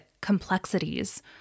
complexities